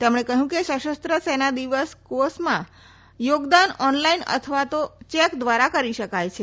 તેમણે કહયું સશસ્ત્ર સેના ધ્વજ દિવસ કોષમાં યોગદાન ઓનલાઇન અથવા તો ચેક ધ્વારા કરી શકાય છે